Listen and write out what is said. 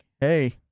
Hey